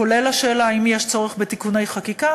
כולל השאלה אם יש צורך בתיקוני חקיקה.